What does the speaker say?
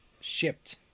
shipped